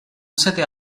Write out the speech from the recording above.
setè